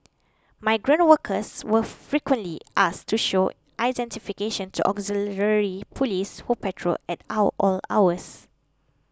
migrant workers were frequently asked to show identification to auxiliary police who patrol at our all hours